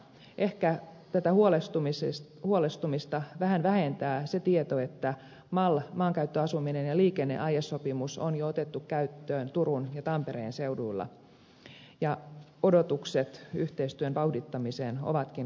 ehkä tätä huolestumista vähän vähentää se tieto että mal sopimus maankäytön asumisen ja liikenteen aiesopimus on jo otettu käyttöön turun ja tampereen seuduilla ja odotukset yhteistyön vauhdittamiseen ovatkin korkealla